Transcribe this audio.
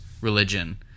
religion